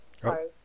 sorry